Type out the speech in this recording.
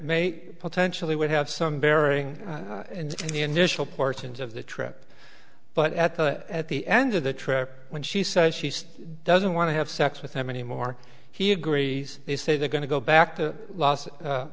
may potentially would have some bearing on the initial portions of the trip but at the at the end of the trip when she says she still doesn't want to have sex with them anymore he agrees they say they're going to go back to los